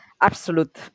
absolute